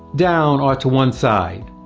down or to one side.